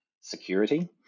security